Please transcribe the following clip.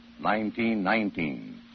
1919